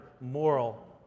moral